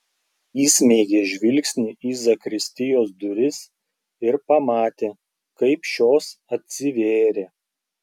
įsmeigė žvilgsnį į zakristijos duris ir pamatė kaip šios atsivėrė